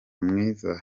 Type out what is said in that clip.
mwiza